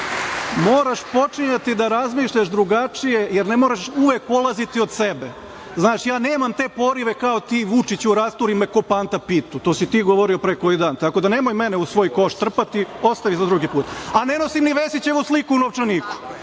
Moraš početi da razmišljaš drugačije, jer ne moraš uvek polaziti od sebe. Znaš, ja nemam te porive, kao ti – Vučiću, rasturi me ko Panta pitu. To si ti govorio pre neki dan. Nemoj mene u svoj koš trpati, ostavi za drugi put, a ne nosim ni Vesićevu sliku u novčaniku,